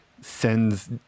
sends